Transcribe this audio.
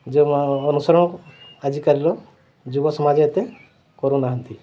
ଯେଉଁ ଅନୁସରଣ ଆଜିକାଲିର ଯୁବ ସମାଜ ଏତେ କରୁନାହାନ୍ତି